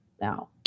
now